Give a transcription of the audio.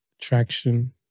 traction